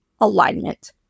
alignment